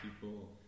people